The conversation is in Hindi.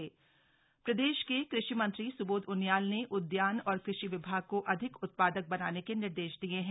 कषि मंत्री बैठक प्रदेश के कृषि मंत्री सुबोध उनियाल ने उद्यान और कृषि विभाग को अधिक उत्पादक बनाने के निर्देश दिये हैं